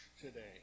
today